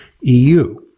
EU